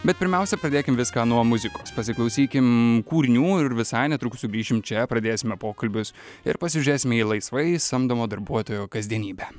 bet pirmiausia pradėkim viską nuo muzikos pasiklausykim kūrinių ir visai netrukus sugrįšim čia pradėsime pokalbius ir pasižiūrėsime į laisvai samdomo darbuotojo kasdienybę